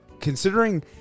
considering